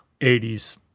80s